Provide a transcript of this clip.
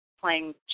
playing